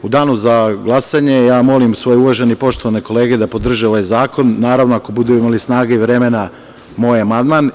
U danu za glasanje molim svoje uvažene i poštovane kolege da podrže ovaj zakon, naravno, ako budu imali snage i vremena, i moj amandman.